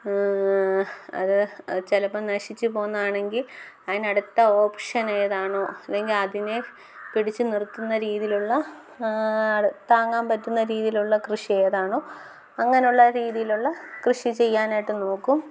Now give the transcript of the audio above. അതു ചിലപ്പം നശിച്ചു പോകുന്നതാണെങ്കിൽ അതിനടുത്ത ഓപ്ഷൻ ഏതാണോ അല്ലെങ്കിൽ അതിനെ പിടിച്ചു നിർത്തുന്ന രീതിയിലുള്ള താങ്ങാൻ പറ്റുന്ന രീതിയിലുള്ള കൃഷി ഏതാണോ അങ്ങനെയുള്ള രീതിയിലുള്ള കൃഷി ചെയ്യാനായിട്ടു നോക്കും